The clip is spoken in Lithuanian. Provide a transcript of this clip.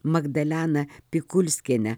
magdaleną pikulskienę